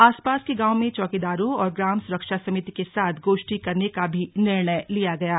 आसपास के गांवों में चौकीदारों और ग्राम सुरक्षा समिति के साथ गोष्ठी करने का भी निर्णय लिया गया है